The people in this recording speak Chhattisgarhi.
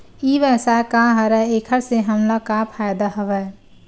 ई व्यवसाय का हरय एखर से हमला का फ़ायदा हवय?